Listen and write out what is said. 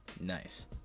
Nice